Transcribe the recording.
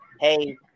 hey